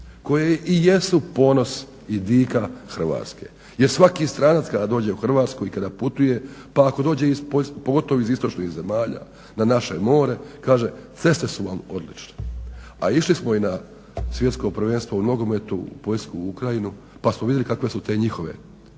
koje i jesu ponos i dika Hrvatske. Jer svaki stranac kada dođe u Hrvatsku i kada putuje pa ako dođe iz, pogotovo iz istočnih zemalja na naše more, kaže ceste su vam odlične. A išli smo i na Svjetsko prvenstvo u nogometu u Poljsku i Ukrajinu pa smo vidjeli kakve su te njihove